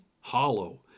hollow